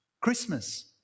Christmas